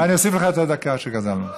אני אוסיף לך את הדקה שגזלנו ממך.